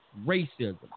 racism